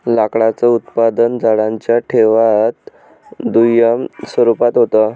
लाकडाचं उत्पादन झाडांच्या देठात दुय्यम स्वरूपात होत